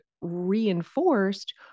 reinforced